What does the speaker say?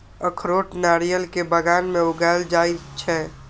अखरोट नारियल के बगान मे उगाएल जाइ छै